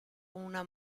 una